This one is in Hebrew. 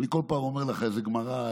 אני כל פעם אומר לך איזו גמרא,